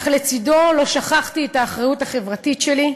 אך לצדו לא שכחתי את האחריות החברתית שלי,